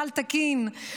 מינהל תקין,